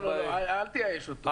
אל תייאש אותו.